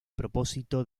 propósito